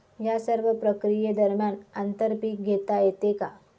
या सर्व प्रक्रिये दरम्यान आंतर पीक घेता येते का?